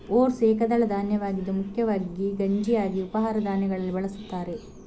oats ಏಕದಳ ಧಾನ್ಯವಾಗಿದ್ದು ಮುಖ್ಯವಾಗಿ ಗಂಜಿಯಾಗಿ ಉಪಹಾರ ಧಾನ್ಯಗಳಲ್ಲಿ ಬಳಸುತ್ತಾರೆ